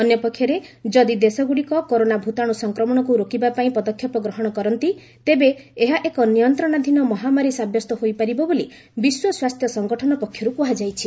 ଅନ୍ୟପକ୍ଷରେ ଯଦି ଦେଶଗୁଡ଼ିକ କରୋନା ଭୂତାଣୁ ସଂକ୍ରମଣକୁ ରୋକିବାପାଇଁ ପଦକ୍ଷେପ ଗ୍ରହଣ କରନ୍ତି ତେବେ ଏହା ଏକ ନିୟନ୍ତ୍ରଣାଧୀନ ମହାମାରୀ ସାବ୍ୟସ୍ତ ହୋଇପାରିବ ବୋଲି ବିଶ୍ୱ ସ୍ୱାସ୍ଥ୍ୟ ସଙ୍ଗଠନ ପକ୍ଷରୁ କୁହାଯାଇଛି